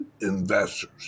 investors